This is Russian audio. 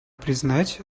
признать